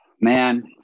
Man